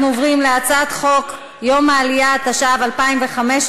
אנחנו עוברים להצעת חוק יום העלייה, התשע"ו 2015,